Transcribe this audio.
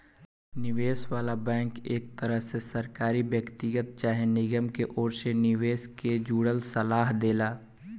निवेश वाला बैंक एक तरह के सरकारी, व्यक्तिगत चाहे निगम के ओर से निवेश से जुड़ल सलाह देला